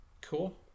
Cool